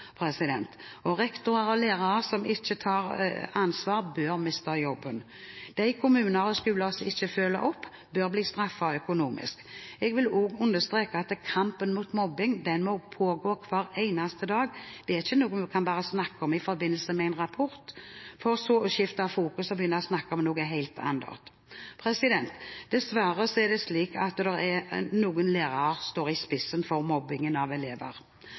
Rektorer og lærere som ikke tar ansvar, bør miste jobben. De kommuner og skoler som ikke følger opp, bør straffes økonomisk. Jeg vil også understreke at kampen mot mobbing må pågå hver eneste dag. Det er ikke noe vi bare snakker om i forbindelse med en rapport, for så å skifte fokus og begynne å snakke om noe helt annet. Dessverre er det slik at noen lærere står i spissen for mobbingen av elever.